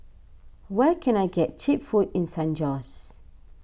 where can I get Cheap Food in San Jose